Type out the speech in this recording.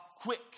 quick